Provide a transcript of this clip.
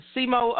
Simo